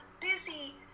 busy